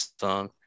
song